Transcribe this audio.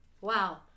wow